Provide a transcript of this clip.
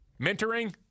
Mentoring